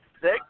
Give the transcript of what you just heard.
Six